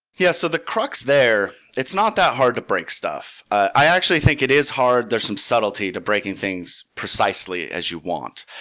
yeah. so the crux there, it's not that hard to break stuff. i actually think it is hard, there's some subtlety to breaking things precisely as you want.